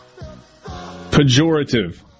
Pejorative